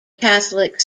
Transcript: catholic